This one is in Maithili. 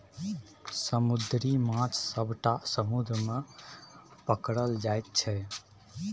समुद्री माछ सबटा समुद्र मे पकरल जाइ छै